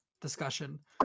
discussion